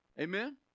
Amen